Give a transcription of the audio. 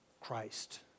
Christ